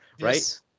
right